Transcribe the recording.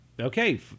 Okay